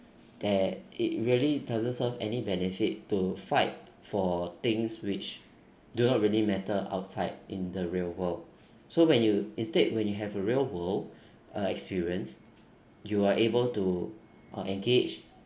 that it really doesn't serve any benefit to fight for things which do not really matter outside in the real world so when you instead when you have a real world uh experience you are able to uh engage